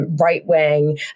right-wing